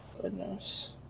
Goodness